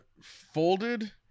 Folded